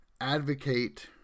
advocate